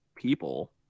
people